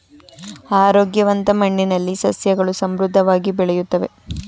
ಆರೋಗ್ಯವಂತ ಮಣ್ಣಿನಲ್ಲಿ ಸಸ್ಯಗಳು ಸಮೃದ್ಧವಾಗಿ ಬೆಳೆಯುತ್ತವೆ